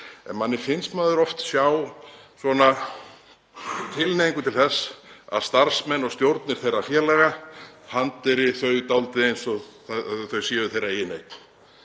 En manni finnst maður oft sjá tilhneigingu til þess að starfsmenn og stjórnir þeirra félaga hanteri þau dálítið eins og þau séu þeirra eigin